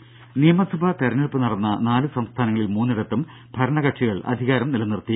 രുഭ നിയമസഭാ തെരഞ്ഞെടുപ്പ് നടന്ന നാലു സംസ്ഥാനങ്ങളിൽ മൂന്നിടത്തും ഭരണ കക്ഷികൾ അധികാരം നിലനിർത്തി